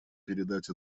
передать